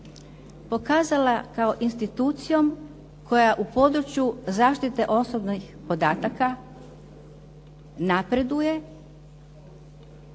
pokazala kao institucijom koja u području zaštite osobnih podataka napreduje,